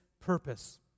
purpose